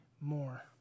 more